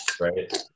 Right